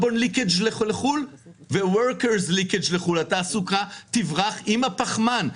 linkage לחו"ל ו-workers linkage לחו"ל התעסוקה תברח עם הפחמן.